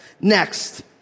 Next